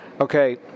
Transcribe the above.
Okay